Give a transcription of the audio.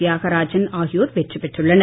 தியாகராஜன் ஆகியோர் வெற்றிபெற்றுள்ளனர்